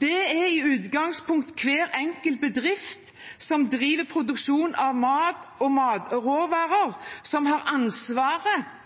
Det er i utgangspunktet hver enkelt bedrift som driver produksjon av mat og matråvarer, som har ansvaret for at regelverket blir fulgt, og at de varene som